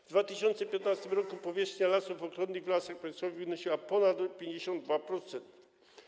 W 2015 r. powierzchnia lasów ochronnych w Lasach Państwowych wynosiła ponad 52%.